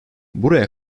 buraya